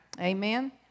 amen